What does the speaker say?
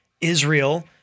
Israel